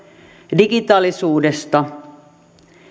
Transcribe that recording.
digitaalisuudesta